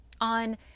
on